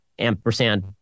ampersand